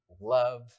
love